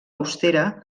austera